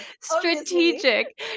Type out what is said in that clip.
Strategic